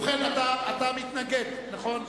אתה מתנגד, נכון?